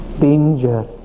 Danger